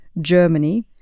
Germany